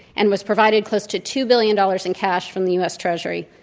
and was provided close to two billion dollars in cash from the u. s. treasury.